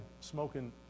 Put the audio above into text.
smoking